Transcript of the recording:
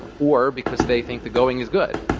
um or because they think the going is good.